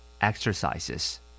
Exercises